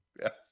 yes